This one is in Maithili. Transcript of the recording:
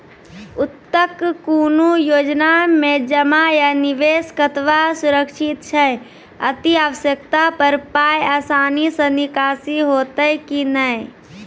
उक्त कुनू योजना मे जमा या निवेश कतवा सुरक्षित छै? अति आवश्यकता पर पाय आसानी सॅ निकासी हेतै की नै?